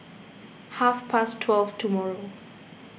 half past twelve tomorrow